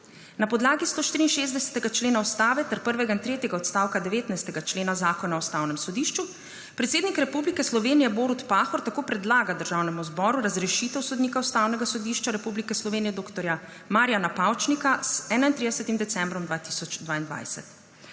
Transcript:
Na podlagi 164. člena Ustave ter prvega in tretjega odstavka 19. člena Zakon o Ustavnem sodišču predsednik Republike Slovenije Borut Pahor tako predlaga Državnemu zboru razrešitev sodnika Ustavnega sodišča Republike Slovenije dr. Marijana Pavčnika s 31. decembrom 2022.